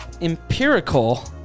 empirical